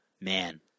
Man